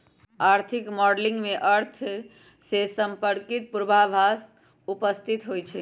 आर्थिक मॉडलिंग में अर्थ से संपर्कित पूर्वाभास उपस्थित होइ छइ